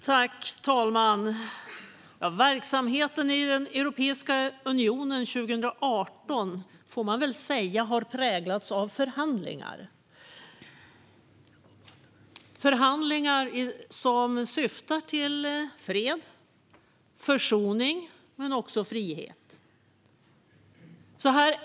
Fru talman! Verksamheten i Europeiska unionen 2018 har präglats av förhandlingar, får man väl säga. Det är förhandlingar som syftar till fred, försoning men också frihet.